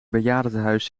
bejaardentehuis